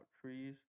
trees